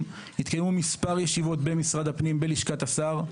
התקיימו כמה ישיבות במשרד הפנים בלשכת השר,